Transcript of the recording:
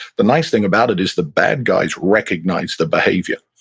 the nice thing about it is the bad guys recognize the behavior,